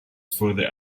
further